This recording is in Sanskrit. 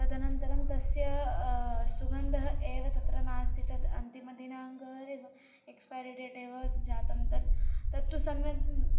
तदनन्तरं तस्य सुगन्धः एव तत्र नास्ति तद् अन्तिमदिनाङ्कम् एव एक्स्पारी डेट् एव जातं तत् तत्तु सम्यक्